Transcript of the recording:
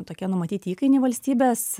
tokie numatyti įkainiai valstybės